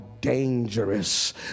dangerous